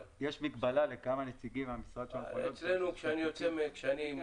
יש מגבלה כמה נציגים מהמשרד יכולים להשתתף בדיון,.